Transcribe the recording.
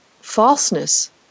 falseness